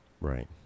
Right